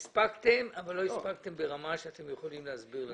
הספקתם אבל לא הספקתם ברמה שאתם יכולים להסביר אותה.